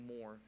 more